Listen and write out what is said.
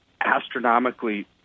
astronomically